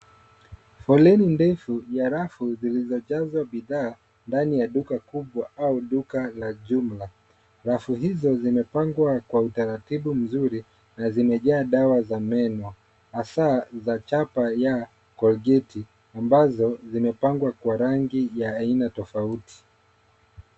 Lani ndefu ya rafu imejaza bidhaa ndani ya duka kubwa au duka ya jumla. Rafu hizo zimepangwa kwa utaratibu nzuri na zimejaa dawa za meno; hasa za chapa ya colgati ambazo zimepangwa kwa rangi ya aina tofauti.